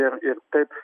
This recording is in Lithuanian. ir ir taip